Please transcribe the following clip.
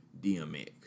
DMX